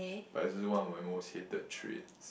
but is also one of my most hated traits